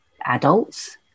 adults